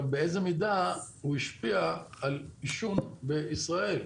באיזו מידה הוא השפיע על עישון בישראל?